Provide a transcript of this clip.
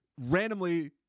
Randomly –